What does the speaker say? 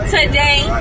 Today